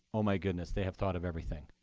oh my goodness, they have thought of everything.